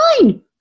fine